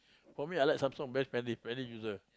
for me I like Samsung very friendly friendly user